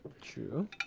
True